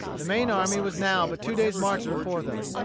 the main army was now but two days' march before them.